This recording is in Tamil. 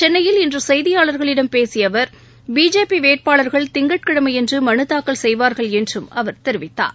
சென்னையில் செய்தியாளர்களிடம் பேசிய இன்று அவர் பிஜேபி வேட்பாளர்கள் திங்கட்கிழமையன்று மனு தாக்கல் செய்வார்கள் என்றும் அவர் தெரிவித்தார்